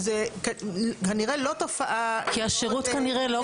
וזה נראה לא תופעה מאוד נדירה.